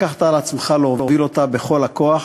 לקחת על עצמך להוביל אותה בכל הכוח,